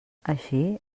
així